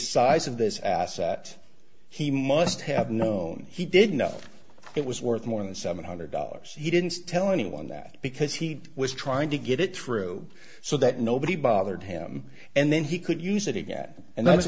size of this asset he must have known he did know it was worth more than seven hundred dollars he didn't tell anyone that because he was trying to get it through so that nobody bothered him and then he could use it again and